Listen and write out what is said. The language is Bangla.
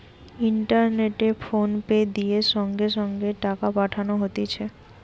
ইন্টারনেটে ফোনপে দিয়ে সঙ্গে সঙ্গে টাকা পাঠানো হতিছে